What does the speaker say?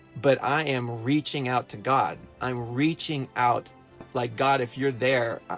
but i am reaching out to god. i'm reaching out like god if you're there.